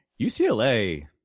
UCLA